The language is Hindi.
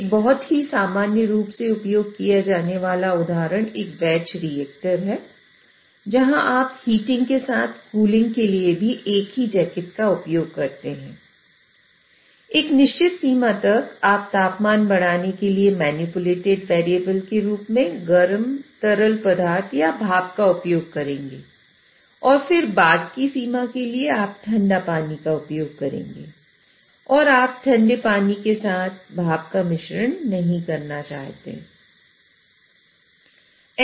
एक बहुत ही सामान्य रूप से उपयोग किया जाने वाला उदाहरण एक बैच रिएक्टर के रूप में गर्म तरल पदार्थ या भाप का उपयोग करेंगे और फिर बाद की सीमा के लिए आप ठंडा पानी का उपयोग करेंगे और आप ठंडा पानी के साथ भाप का मिश्रण नहीं करना चाहते हैं